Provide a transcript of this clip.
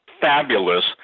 fabulous